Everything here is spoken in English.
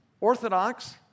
orthodox